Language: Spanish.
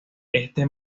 este